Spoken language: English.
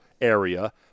area